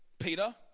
Peter